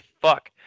fuck